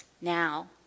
Now